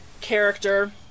character